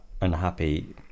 unhappy